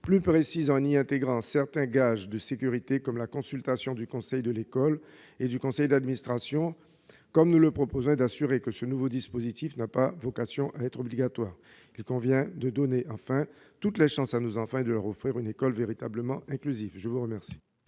plus précise, en y intégrant certains gages de sécurité, comme la consultation des conseils de l'école et du conseil d'administration du collège, sachant que ce nouveau dispositif n'a pas vocation à être obligatoire. Il convient de donner toutes les chances à nos enfants et de leur offrir une école véritablement inclusive. Quel